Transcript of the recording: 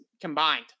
combined